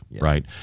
Right